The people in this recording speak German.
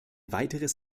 weiteres